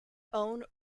own